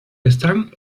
están